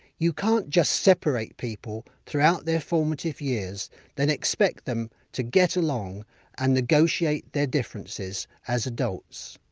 you can't just separate people throughout their formative years' then expect them to get along and negotiate their differences as adults.